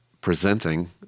presenting